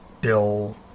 bill